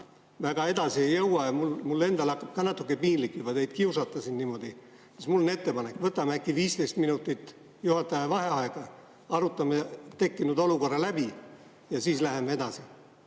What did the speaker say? väga edasi ei jõua, ja mul endal hakkab ka juba natuke piinlik teid kiusata siin niimoodi, siis mul on ettepanek: võtame äkki 15 minutit juhataja vaheaega, arutame tekkinud olukorra läbi ja siis läheme edasi.